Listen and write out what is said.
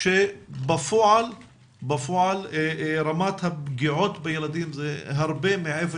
שבפועל רמת הפגיעות בילדים היא הרבה מעבר